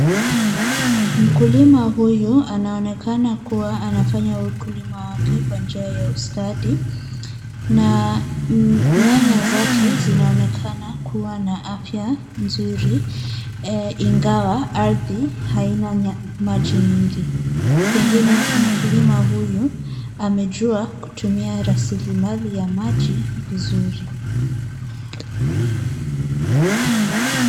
Mkulima huyu anaonekana kuwa anafanya ukulima wake kwa njia ya ustadi na nyanya zake zinaonekana kuwa na afya nzuri ingawa ardhi haina maji mengi. Pengine mkulima huyu amejua kutumia rasilimali ya maji vizuri .